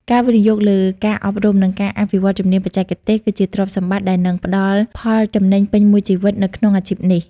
ការវិនិយោគលើការអប់រំ និងការអភិវឌ្ឍជំនាញបច្ចេកទេស គឺជាទ្រព្យសម្បត្តិដែលនឹងផ្តល់ផលចំណេញពេញមួយជីវិតនៅក្នុងអាជីពនេះ។